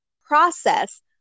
process